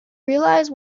realize